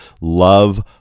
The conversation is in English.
love